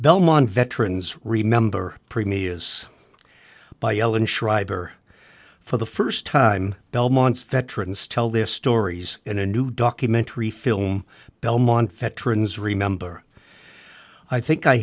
belmont veterans remember primi is by ellen schreiber for the first time belmont's veterans tell their stories in a new documentary film belmont veterans remember i think i